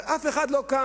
אבל אף אחד לא קם,